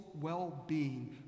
well-being